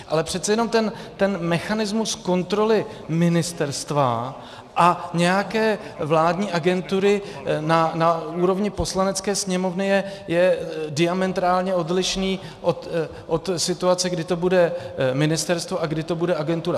Ale přece jenom ten mechanismus kontroly ministerstva a nějaké vládní agentury na úrovni Poslanecké sněmovny je diametrálně odlišný od situace, kdy to bude ministerstvo a kdy to bude agentura.